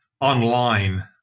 online